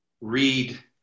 read